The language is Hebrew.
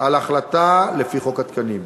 על החלטה לפי חוק התקנים.